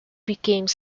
became